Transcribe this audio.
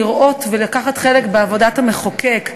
ובאו לראות ולקחת חלק בעבודת המחוקק.